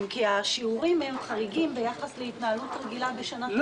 השיעורים חריגים ביחס להתנהלות רגילה בשנת תקציב.